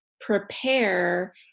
prepare